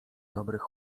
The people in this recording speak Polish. dobrych